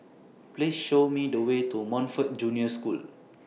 Please Show Me The Way to Montfort Junior School